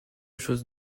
chose